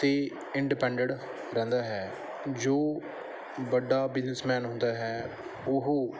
ਦੀ independent ਰਹਿੰਦਾ ਹੈ ਜੋ ਵੱਡਾ ਬਿਜ਼ਨਸਮੈਨ ਹੁੰਦਾ ਹੈ ਉਹ